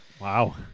Wow